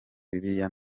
bibiliya